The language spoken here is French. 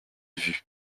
vue